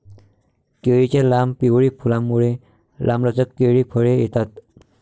केळीच्या लांब, पिवळी फुलांमुळे, लांबलचक केळी फळे येतात